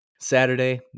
saturday